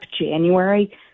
January